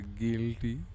guilty